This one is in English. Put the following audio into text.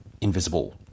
invisible